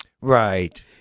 Right